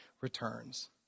returns